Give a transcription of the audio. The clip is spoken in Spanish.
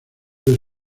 del